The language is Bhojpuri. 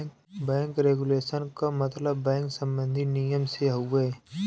बैंक रेगुलेशन क मतलब बैंक सम्बन्धी नियम से हउवे